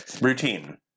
routine